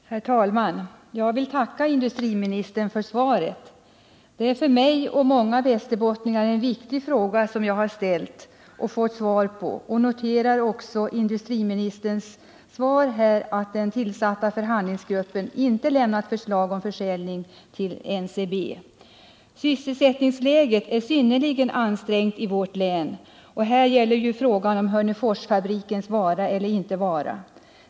Herr talman! Jag vill tacka industriministern för svaret. Det är en för mig och många västerbottningar viktig fråga som jag har ställt och fått svar på. Jag noterar också av industriministerns svar att den tillsatta förhandlingsgruppen inte lämnat förslag om försäljning till NCB. Sysselsättningsläget i vårt län är synnerligen ansträngt, och här gäller det frågan om Hörneforsfabrikens vara eller inte vara.